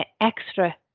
extra